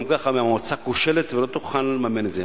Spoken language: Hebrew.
גם ככה המועצה כושלת ולא תוכל לממן את זה.